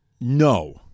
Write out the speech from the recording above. no